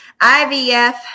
IVF